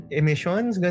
emissions